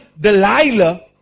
Delilah